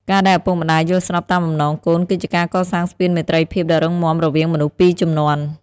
ការដែលឪពុកម្ដាយយល់ស្របតាមបំណងកូន គឺជាការកសាងស្ពានមេត្រីភាពដ៏រឹងមាំរវាងមនុស្សពីរជំនាន់។